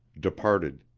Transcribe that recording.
departed.